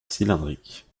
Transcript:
cylindrique